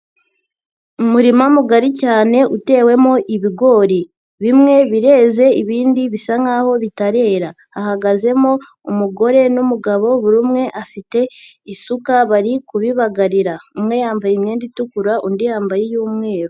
Umurima mugari cyane utewemo ibigori, bimwe birenze ibindi bisa nkaho bitarera, hahagazemo umugore n'umugabo buri umwe afite isuka bari kubibagarira, umwe yambaye imyenda itukura undi yambaye iy'umweru.